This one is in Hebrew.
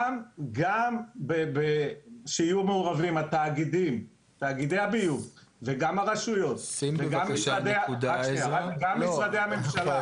גם שיהיו מעורבים תאגידי הביוב וגם הרשויות וגם משרדי הממשלה.